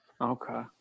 Okay